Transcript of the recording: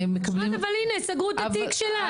אשרת, אבל הנה, סגרו את התיק שלה.